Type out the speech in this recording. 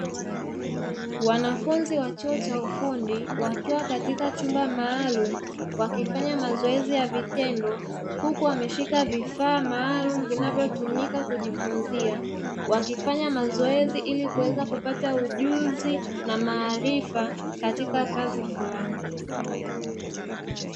Wanafunzi wa chuo cha ufundi wakiwa katika chumba maalumu wakifanya mazoezi ya vitendo, huku wameshika vifaa maalumu vinavyotumika kujifunzia wakifanya mazoezi ili kuweza kupata ujuzi na maarifa katika kazi fulani.